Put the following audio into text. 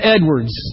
Edwards